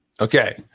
Okay